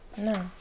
No